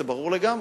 זה ברור לגמרי.